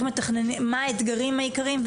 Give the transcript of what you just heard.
מה האתגרים העיקריים,